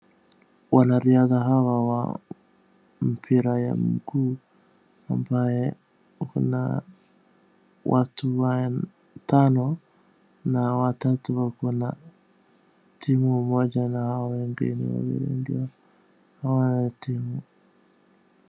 Wanariadha hawa ya mpira wa mguu ambaye wana watu watano na watatu wakona timu moja na hao wengine wawili ndio hao wa timu.